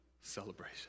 Celebration